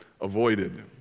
avoided